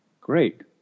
Great